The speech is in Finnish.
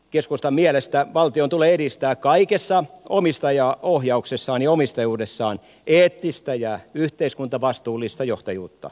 keskustan mielestä valtion tulee edistää kaikessa omistajaohjauksessaan ja omistajuudessaan eettistä ja yhteiskuntavastuullista johtajuutta